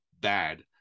bad